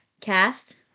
Cast